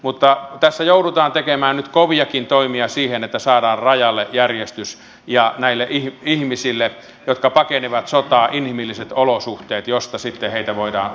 mutta tässä joudutaan tekemään nyt koviakin toimia että saadaan rajalle järjestys ja näille ihmisille jotka pakenevat sotaa inhimilliset olosuhteet joista sitten heitä voidaan uudelleen sijoittaa